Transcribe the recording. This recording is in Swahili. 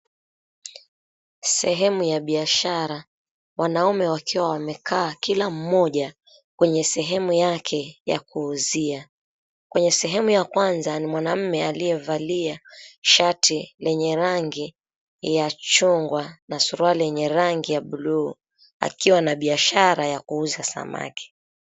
Sehemu ya biashara. Wanaume wakiwa wamekaa kila mmoja kwenye sehemu yake ya kuuzia. Kwenye sehemu ya kwanza ni mwanaume aliyevalia shati lenye rangi ya chungwa na suruali yenye rangi ya bluu akiwa na biashara ya kuuza samaki.